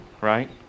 right